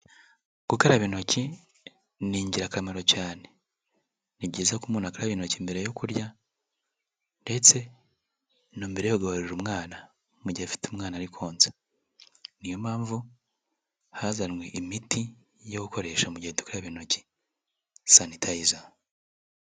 Gukaraba intoki ni ingirakamaro cyane, ni byiza ko umuntu akaraba mu intoki mbere yo kurya ndetse na mbere yo kugaburira umwana mu gihe afite umwana ari konsa . Ni yo mpamvu hazanywe imiti yo gukoresha mu gihe tukaraba intoki (Sanitayiza).